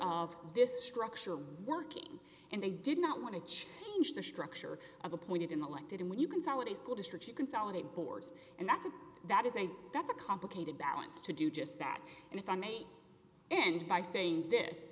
of this structure working and they did not want to change the structure of appointed an elected and when you consolidate school districts you consolidate boards and that's a that is a that's a complicated balance to do just that and if i may and by saying this